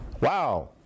Wow